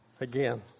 Again